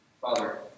Father